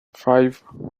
five